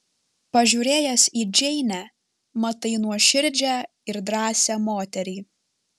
pažiūrėjęs į džeinę matai nuoširdžią ir drąsią moterį